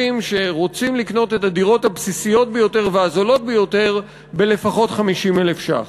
שרוצים לקנות את הדירות הבסיסיות ביותר והזולות ביותר בלפחות 50,000 שקלים.